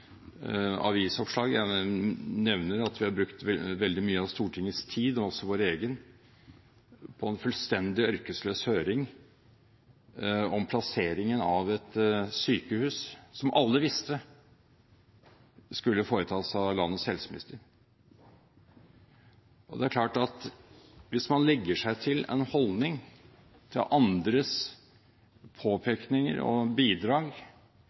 avisoppslag. Jeg bare nevner at vi har brukt veldig mye av Stortingets og også vår egen tid på en fullstendig ørkesløs høring om plasseringen av et sykehus som alle visste skulle foretas av landets helseminister. Det er klart at hvis man legger seg til en holdning ut fra andres påpekninger og bidrag